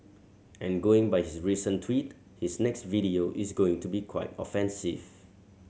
and going by his recent tweet his next video is going to be quite offensive